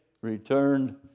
returned